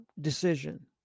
decision